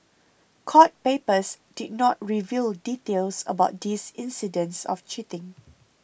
court papers did not reveal details about these incidents of cheating